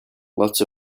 lots